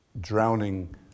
drowning